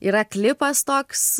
yra klipas toks